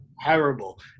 terrible